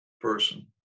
person